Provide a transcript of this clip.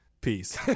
Peace